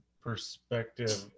perspective